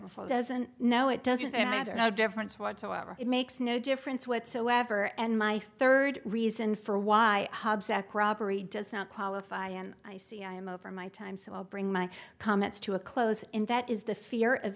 therefore doesn't know it doesn't matter no difference whatsoever it makes no difference whatsoever and my third reason for why corroboree does not qualify and i see i'm over my time so i'll bring my comments to a close in that is the fear of